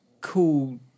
cool